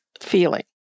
feeling